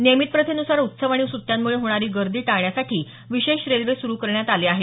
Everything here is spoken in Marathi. नियमित प्रथेन्सार उत्सव आणि सुट्यांमुळे होणारी गर्दी टाळण्यासाठी विशेष रेल्वे सुरु करण्यात आल्या आहेत